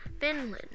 Finland